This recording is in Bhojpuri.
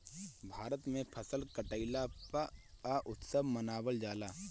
भारत में फसल कटईला पअ उत्सव मनावल जाला